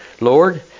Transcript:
Lord